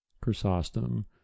Chrysostom